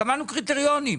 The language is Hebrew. קבענו קריטריונים.